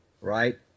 right